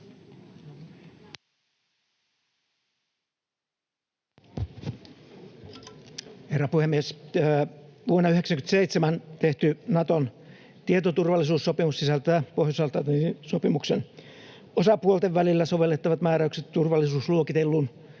Herra puhemies! Vuonna 97 tehty Naton tietoturvallisuussopimus sisältää Pohjois-Atlantin sopimuksen osapuolten välillä sovellettavat määräykset turvallisuusluokitellun